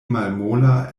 malmola